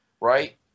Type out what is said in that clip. right